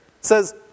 says